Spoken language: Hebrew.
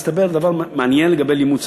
הסתבר דבר מעניין לגבי לימוד שפות.